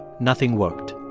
nothing worked.